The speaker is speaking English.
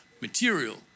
material